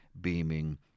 beaming